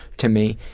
to me,